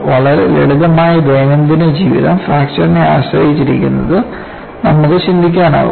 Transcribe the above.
വളരെ ലളിതമായ ദൈനംദിന ജീവിതം ഫ്രാക്ചർനെ ആശ്രയിച്ചിരിക്കുന്നുത് നമുക്ക് ചിന്തിക്കാമോ